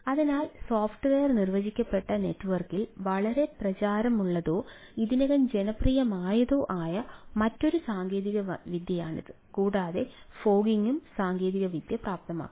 അതിനാൽ സോഫ്റ്റ്വെയർ നിർവചിക്കപ്പെട്ട നെറ്റ്വർക്കിൽ വളരെ പ്രചാരമുള്ളതോ ഇതിനകം ജനപ്രിയമായതോ ആയ മറ്റൊരു സാങ്കേതികവിദ്യയാണിത് കൂടാതെ ഫോഗ്ഗിനും സാങ്കേതികവിദ്യ പ്രാപ്തമാക്കുന്നു